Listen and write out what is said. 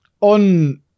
on